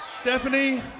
Stephanie